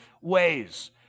ways